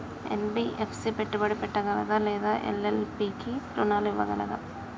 NBFC పెట్టుబడి పెట్టగలదా లేదా ఎల్.ఎల్.పి కి రుణాలు ఇవ్వగలదా?